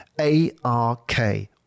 A-R-K